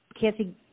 Kathy